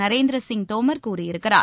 நரேந்திரசிங் தோமர் கூறியிருக்கிறார்